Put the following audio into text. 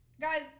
Guys